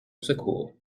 secours